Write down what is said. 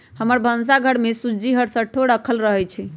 हमर भन्सा घर में सूज्ज़ी हरसठ्ठो राखल रहइ छै